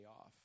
off